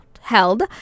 held